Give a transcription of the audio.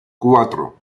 cuatro